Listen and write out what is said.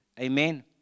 Amen